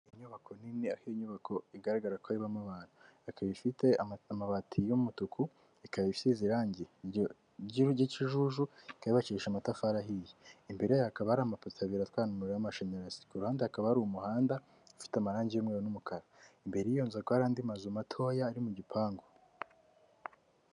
Inyubako nini aho iyo inyubako igaragara ko ibamo abantu, ikaba ifite amabati y'umutuku ikaba isize irange ry'ikijuju ikaba yubakishije amatafari ahiye, imbere yayo hakaba hari amapoto abiri atwara umuriro w'amashanyarazi, ku ruhande hakaba hari umuhanda ufite amarangi y'umweru n'umukara. Imbere y'iyo nzu hakaba hari andi mazu matoya ari mu gipangu.